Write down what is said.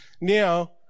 now